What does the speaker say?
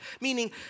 Meaning